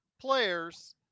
players